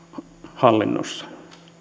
hallinnossa